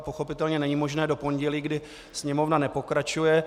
Pochopitelně není možné do pondělí, kdy Sněmovna nepokračuje.